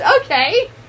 Okay